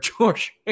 George